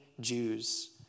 Jews